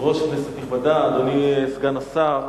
אדוני היושב-ראש,